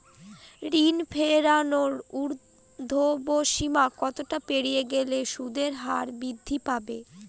ঋণ ফেরানোর উর্ধ্বসীমা কতটা পেরিয়ে গেলে সুদের হার বৃদ্ধি পাবে?